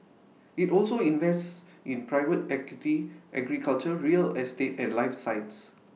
IT also invests in private equity agriculture real estate and life science